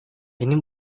ini